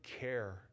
care